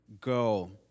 go